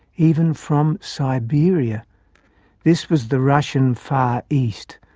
even from siberia this was the russian far east,